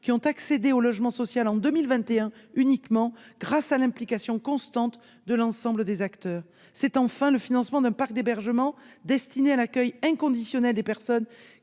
ont accédé au logement social au cours de la seule année 2021, grâce à l'implication constante de l'ensemble des acteurs. C'est enfin le financement d'un parc d'hébergements destinés à l'accueil inconditionnel des personnes